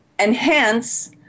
enhance